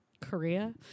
Korea